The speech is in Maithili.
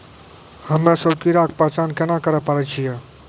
हम्मे सभ्भे कीड़ा के पहचान केना करे पाड़ै छियै?